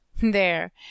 There